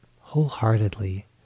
wholeheartedly